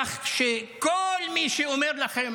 כך שכל מי שאומר לכם: